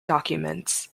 documents